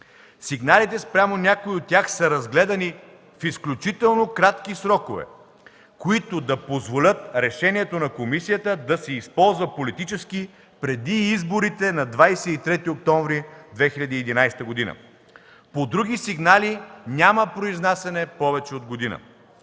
Сигналите спрямо някои от тях са разгледани в изключително кратки срокове, които да позволят решението на комисията да се използва политически преди изборите на 23 октомври 2011 г. По други сигнали няма произнасяне повече от година.